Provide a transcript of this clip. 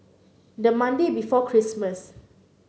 the Monday before Christmas